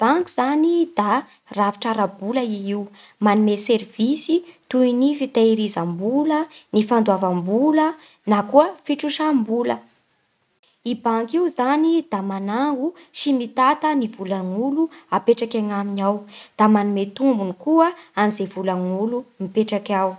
Ny banky zany da rafitra ara-bola i io. Manome servisy toy ny fitehirizam-bola, ny fandoavam-bola, na koa fitrosam-bola. I banky io zany da manango sy mitanta ny volan'olo apetraky agnaminy ao, da manome tombony koa an'izay volan'olo mipetraky ao.